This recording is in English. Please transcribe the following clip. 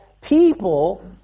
people